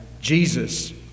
Jesus